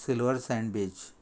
silver sandwich